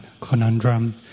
conundrum